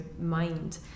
mind